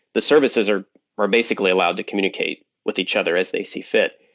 the services are are basically allowed to communicate with each other as they see fit.